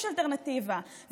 יש אלטרנטיבה.